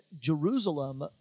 Jerusalem